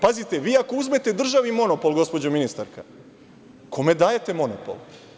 Pazite, vi ako uzmete državi monopol, gospođo ministarka, kome dajete monopol?